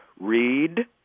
read